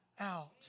out